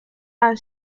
and